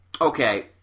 Okay